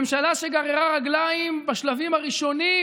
ממשלה שגררה רגליים בשלבים הראשונים,